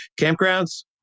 campgrounds